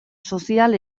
sozial